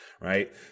right